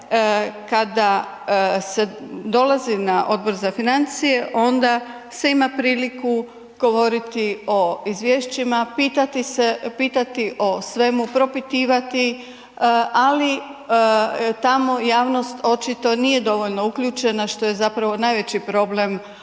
kada se dolazi na Odbor za financije, onda se ima priliku govoriti o izvješćima, pitati o svemu, propitivati ali tamo javnost očito nije dovoljno uključena što je zapravo najveći problem nekih